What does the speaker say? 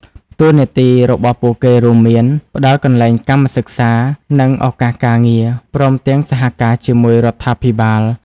តួនាទីរបស់ពួកគេរួមមាន ផ្តល់កន្លែងកម្មសិក្សា និងឱកាសការងារ ព្រមទាំងសហការជាមួយរដ្ឋាភិបាល។